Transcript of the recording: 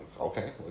okay